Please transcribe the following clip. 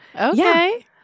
Okay